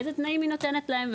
איזה תנאים היא נותנת להם,